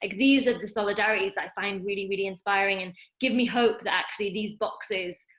like these are the solidarities i find really, really inspiring, and give me hope that actually these boxes,